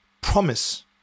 promise